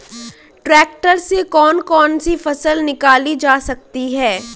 Tractor से कौन कौनसी फसल निकाली जा सकती हैं?